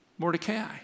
Mordecai